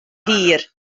hir